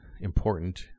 important